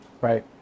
Right